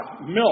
milk